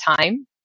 time